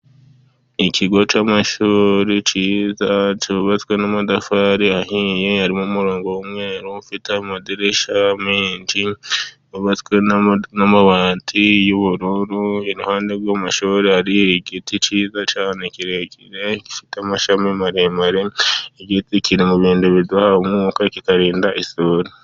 Ikigo cy'amashuri cyiza, cyubatswe n'amatafari ahiye, harimo umurongo umwe, ufite amadirisha menshi, yubatswe n'amabati y'ubururu, iruhande rw'amashuri hari igiti cyiza cyane kirekire, gifite amashami maremare, igiti kiri mu bindidukikije, kikarinda isuri.